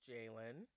Jalen